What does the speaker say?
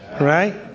Right